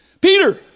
Peter